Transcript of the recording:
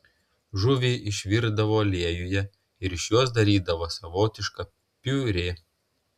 žuvį išvirdavo aliejuje ir iš jos darydavo savotišką piurė